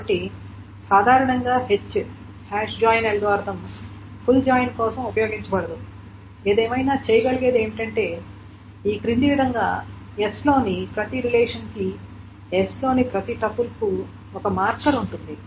కాబట్టి సాధారణంగా h hash join algorithm full join కోసం ఉపయోగించబడదు ఏదేమైనా చేయగలిగేది ఏమిటంటే ఈ క్రింది విధంగా s లోని ప్రతి రిలేషన్ కి s లోని ప్రతి టపుల్కు ఒక మార్కర్ ఉంటుంది